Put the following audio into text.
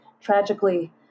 Tragically